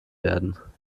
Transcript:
werden